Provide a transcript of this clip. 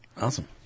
Awesome